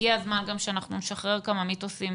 הגיע הזמן שנשחרר כמה מיתוסים